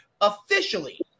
officially